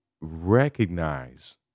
recognize